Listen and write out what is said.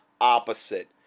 opposite